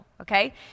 okay